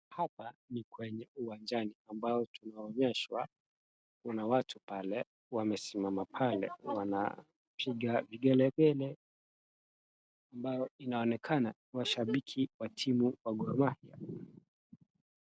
Hapa ni kwenye uwanjani ambao tunaonyeshwa kuna watu pale wamesimama pale wanapiga vigelegele ambayo inaonekana washabiki wa timu wa Gor Mahia.